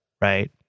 right